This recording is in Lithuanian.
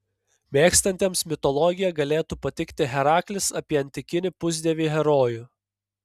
mėgstantiems mitologiją galėtų patikti heraklis apie antikinį pusdievį herojų